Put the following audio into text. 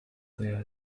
their